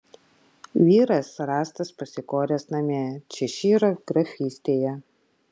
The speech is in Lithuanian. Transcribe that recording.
vyras rastas pasikoręs namie češyro grafystėje